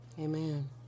Amen